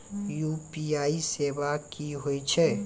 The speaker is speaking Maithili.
यु.पी.आई सेवा की होय छै?